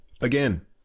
Again